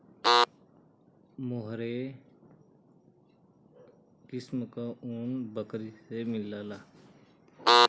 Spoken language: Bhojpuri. मोहेर किस्म क ऊन बकरी से मिलला